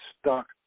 stuck